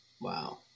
Wow